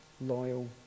loyal